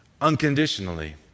Unconditionally